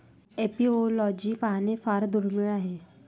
apiology पाहणे फार दुर्मिळ आहे